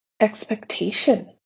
expectation